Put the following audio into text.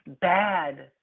bad